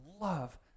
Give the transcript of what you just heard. love